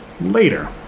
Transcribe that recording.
later